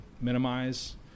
minimize